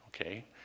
Okay